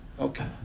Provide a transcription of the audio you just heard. Okay